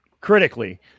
Critically